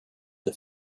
the